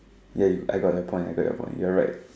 ya you I got your point I got your point you're right